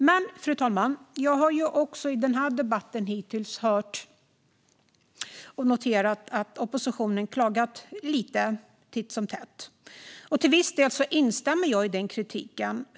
Men, fru talman, jag har också i debatten hittills hört och noterat att oppositionen har klagat lite titt som tätt. Till viss del instämmer jag i kritiken.